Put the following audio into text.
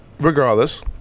Regardless